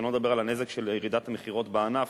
שלא לדבר על הנזק של ירידת מכירות בענף